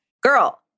Girl